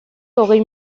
hogei